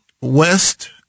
west